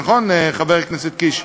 נכון, חבר הכנסת קיש?